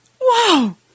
Wow